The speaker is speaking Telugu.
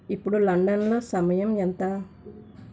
ఇప్పుడు లండన్లో సమయం ఎంత